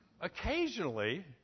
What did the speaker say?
Occasionally